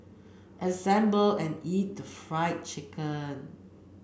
assemble and eat fried chicken